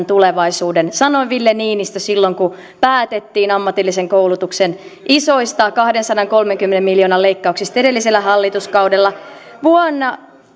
tulevaisuuden sanoi ville niinistö silloin kun päätettiin ammatillisen koulutuksen isoista kahdensadankolmenkymmenen miljoonan leikkauksista edellisellä hallituskaudella vuonna